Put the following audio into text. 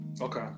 okay